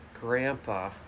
grandpa